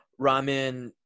ramen